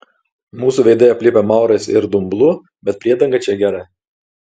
mūsų veidai aplipę maurais ir dumblu bet priedanga čia gera